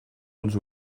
als